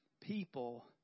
people